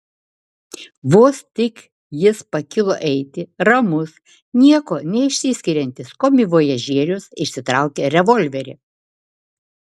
vos tik jis pakilo eiti ramus niekuo neišsiskiriantis komivojažierius išsitraukė revolverį